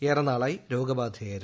ഏറെനാളായി രോഗ ബാധിതയായിരുന്നു